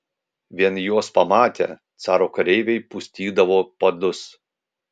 vien juos pamatę caro kareiviai pustydavo padus